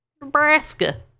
Nebraska